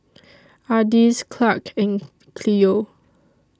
Ardis Clarke and Cleo